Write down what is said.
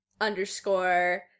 underscore